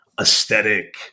aesthetic